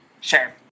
Sure